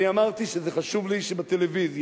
אני אמרתי שזה חשוב לי שבטלוויזיה